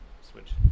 switch